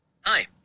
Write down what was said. Hi